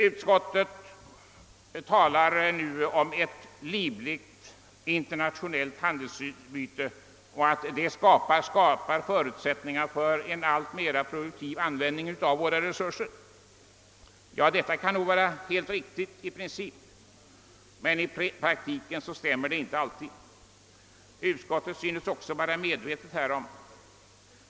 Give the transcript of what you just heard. Utskottet talar nu om att det genom ett livligt internationellt handelsutbyte skapas förutsättningar för en alltmera produktiv användning av våra resurser. Ja, detta kan nog vara helt riktigt i princip, men i praktiken stämmer det inte alltid. Utskottet synes också vara medvetet härom.